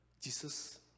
Jesus